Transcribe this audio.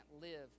live